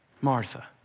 Martha